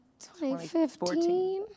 2015